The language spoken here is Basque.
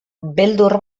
beldur